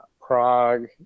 Prague